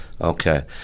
Okay